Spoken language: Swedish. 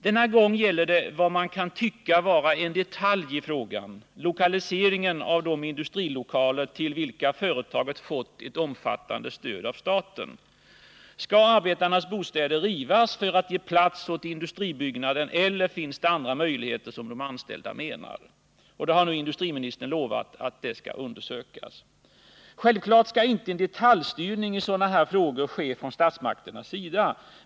Denna gång gäller det vad man kan tycka vara en detalj i frågan: lokaliseringen av de industrilokaler till vilka företaget fått ett omfattande stöd av staten. Skall arbetarnas bostäder rivas för att ge plats åt industribyggnaden, eller finns det andra möjligheter, som de anställda menar? Industriministern har nu lovat att detta skall undersökas. Självfallet skall inte en detaljstyrning i sådana här frågor ske från statsmakternas sida.